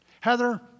Heather